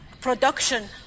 production